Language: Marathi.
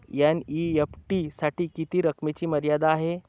एन.ई.एफ.टी साठी किती रकमेची मर्यादा आहे?